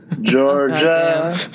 Georgia